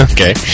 Okay